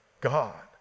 God